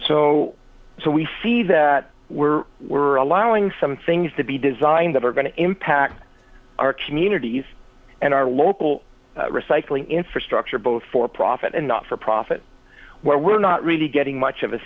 so so we see that we're allowing some things to be designed that are going to impact our communities and our local recycling infrastructure both for profit and not for profit where we're not really getting much of a